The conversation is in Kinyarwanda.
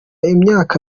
imyaka